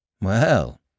Well